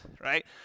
right